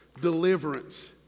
deliverance